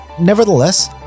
Nevertheless